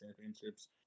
championships